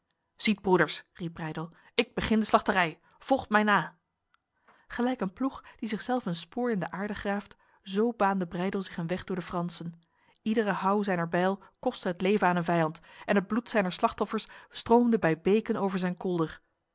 ziet broeders riep breydel ik begin de slachterij volgt mij na gelijk een ploeg die zichzelf een spoor in de aarde graaft zo baande breydel zich een weg door de fransen iedere houw zijner bijl kostte het leven aan een vijand en het bloed zijner slachtoffers stroomde bij beken over zijn kolder